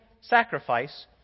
sacrifice